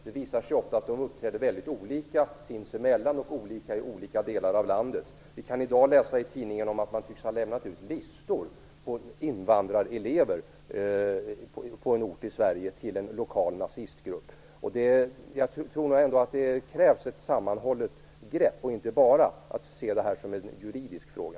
Det visar sig ofta att de uppträder väldigt olika sinsemellan och i olika delar av landet. Vi kan i dag läsa i tidningen att man på en ort i Sverige tycks ha lämnat ut listor på invandrarelever till en lokal nazistgrupp. Jag tror nog ändå att det krävs ett sammanhållet grepp och att man inte bara kan se det här som en juridisk fråga.